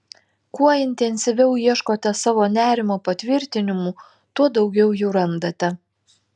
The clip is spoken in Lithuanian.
kuo intensyviau ieškote savo nerimo patvirtinimų tuo daugiau jų randate